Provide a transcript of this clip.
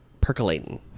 percolating